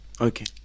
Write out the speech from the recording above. okay